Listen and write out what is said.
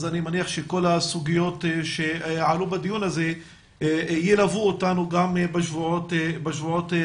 אז אני מניח שכל הסוגיות שעלו בדיון הזה ילוו אותנו גם בשבועות הקרובים.